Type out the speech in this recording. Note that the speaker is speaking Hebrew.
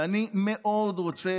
ואני מאוד רוצה,